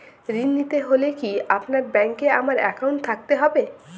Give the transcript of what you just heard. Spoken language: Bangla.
ঋণ নিতে হলে কি আপনার ব্যাংক এ আমার অ্যাকাউন্ট থাকতে হবে?